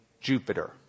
Jupiter